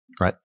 right